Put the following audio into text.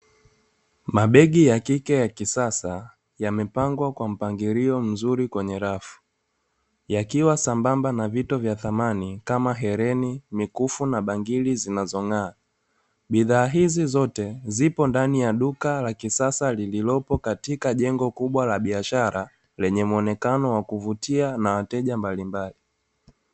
Mabegi ya kike ya kisasa, yamepangwa kwa mpangilio mzuri kwenye rafu, yakiwa sambamba na vito vya thamani kama hereni, mikufu na bangili zinazong'aa, bidhaa hizi zote zipo ndani ya duka la kisasa lililopo katika jengo kubwa la biashara lenye muonekano wa kuvutia na wateja mbalimbali.